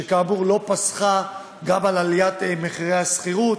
שלא פסחה גם על מחירי השכירות,